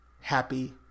happy